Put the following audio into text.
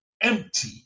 empty